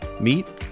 meet